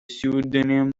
pseudonym